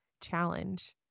challenge